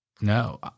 No